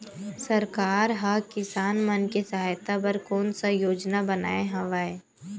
सरकार हा किसान मन के सहायता बर कोन सा योजना बनाए हवाये?